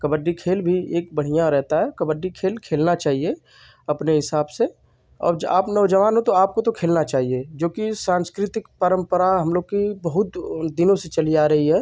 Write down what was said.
कबड्डी खेल भी एक बढ़ियाँ रहता है कबड्डी खेल खेलना चाहिए अपने हिसाब से और आप नौज़वान हो तो आपको तो खेलना चाहिए जोकि साँस्कृतिक परम्परा हम लोगों की बहुत दिनों से चली आ रही है